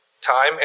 time